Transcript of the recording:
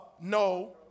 No